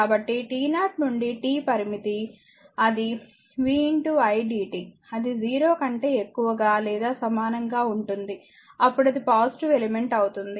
కాబట్టి t0 నుండి t పరిమితి అది v idt అది 0 కంటే ఎక్కువగా లేదా సమానంగా ఉంటుంది అప్పుడు అది పాసివ్ ఎలిమెంట్ అవుతుంది